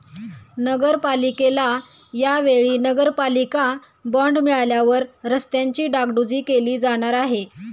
नगरपालिकेला या वेळी नगरपालिका बॉंड मिळाल्यावर रस्त्यांची डागडुजी केली जाणार आहे